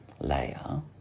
layer